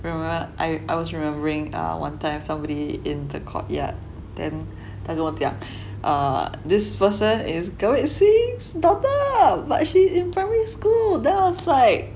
where I I was remembering err one time somebody in the courtyard then 他跟我讲 err this person is gurmit singh's daughter but she's in primary school then I was like